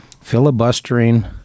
filibustering